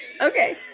okay